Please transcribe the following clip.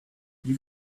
you